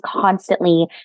constantly